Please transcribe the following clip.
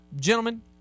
gentlemen